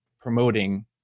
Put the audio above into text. promoting